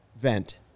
vent